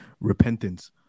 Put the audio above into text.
repentance